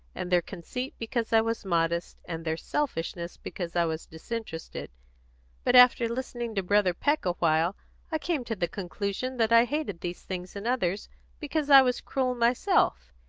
and their conceit because i was modest, and their selfishness because i was disinterested but after listening to brother peck a while i came to the conclusion that i hated these things in others because i was cruel myself,